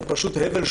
זה פשוט הבל,